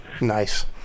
Nice